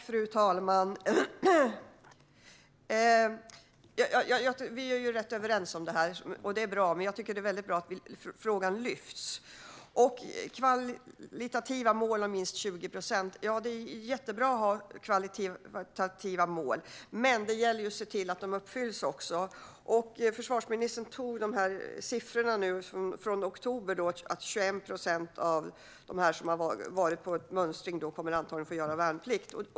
Fru talman! Jag och Peter Hultqvist är ganska överens om det här. Det är bra. Det är också bra att frågan lyfts upp. När det gäller kvantitativa mål om minst 20 procent är det jättebra. Men det gäller att se till att målen uppfylls. Förvarsministern tog upp att 21 procent av de som varit på mönstring i oktober var kvinnor.